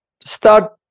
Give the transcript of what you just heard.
Start